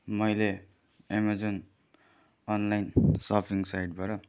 मैले Amazon online shopping साइटबाट